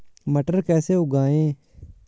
मटर कैसे उगाएं?